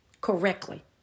correctly